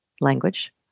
language